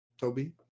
Toby